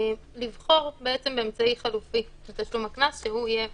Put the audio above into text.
לבחור אמצעי חלופי לתשלום הקנס, שהוא יהיה